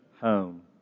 home